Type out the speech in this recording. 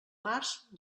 març